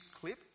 clip